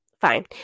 fine